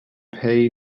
pay